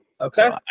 Okay